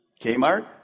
Kmart